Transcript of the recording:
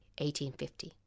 1850